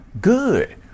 good